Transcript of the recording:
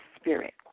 spirit